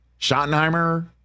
Schottenheimer